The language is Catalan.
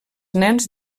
nens